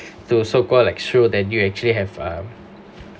to so call like through that you actually have a